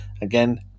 Again